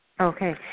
Okay